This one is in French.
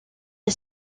est